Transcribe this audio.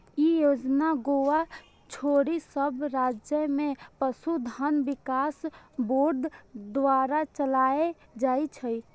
ई योजना गोवा छोड़ि सब राज्य मे पशुधन विकास बोर्ड द्वारा चलाएल जाइ छै